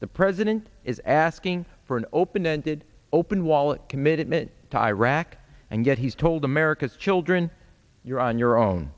the president is asking for an open ended open wallet committed to iraq and yet he's told america's children you're on your own